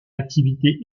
activité